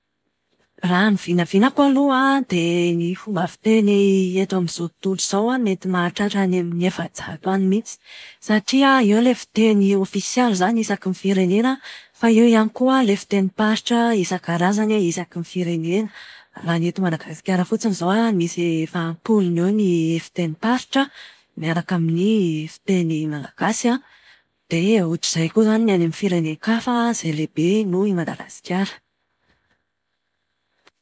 Raha ny vinavinako aloha an, dia ny fomba fiteny eto amin'izao tontolo izao an mety mahatratra any amin'ny efajato any mihitsy. Satria eo ilay fiteny ofisialy izany isaky ny firenena, fa eo ihany koa ilay fitenim-paritra isankarazany isaky ny firenena. Raha ny eto Madagasikara fotsiny izao an, misy efa am-polony eo ny fitenim-paritra miaraka amin'ny fiteny malagasy an. Dia ohatr'izay koa izany ny any amin'ny firenen-kafa izay lehibe noho i Madagasikara.